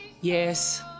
yes